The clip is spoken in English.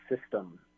system